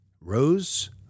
rose